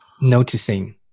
noticing